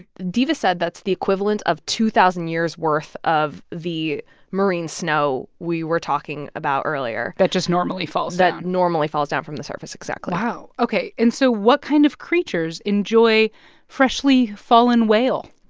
diva said that's the equivalent of two thousand years' worth of the marine snow we were talking about earlier that just normally falls that normally falls down from the surface, exactly wow. ok. and so what kind of creatures enjoy freshly fallen whale?